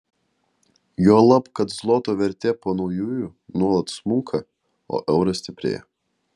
juolab kad zloto vertė po naujųjų nuolat smunka o euras stiprėja